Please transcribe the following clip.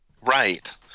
Right